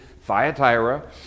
Thyatira